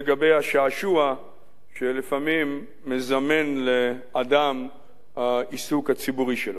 לגבי השעשוע שלפעמים מזמן לאדם העיסוק הציבורי שלו.